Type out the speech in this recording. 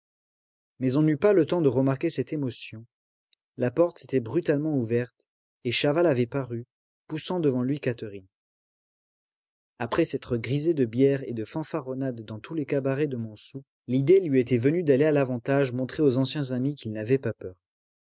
mais on n'eut pas le temps de remarquer cette émotion la porte s'était brutalement ouverte et chaval avait paru poussant devant lui catherine après s'être grisé de bière et de fanfaronnades dans tous les cabarets de montsou l'idée lui était venue d'aller à l'avantage montrer aux anciens amis qu'il n'avait pas peur